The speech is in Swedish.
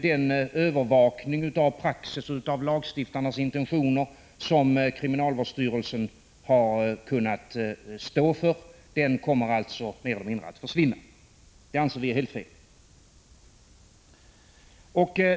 Den övervakning av praxis, mot bakgrund av lagstiftarnas intentioner, som kriminalvårdsstyrelsen har kunnat stå för kommer mer eller mindre att försvinna, och det anser vi är helt fel.